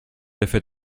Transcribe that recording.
l’effet